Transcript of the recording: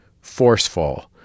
forceful